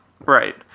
Right